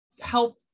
help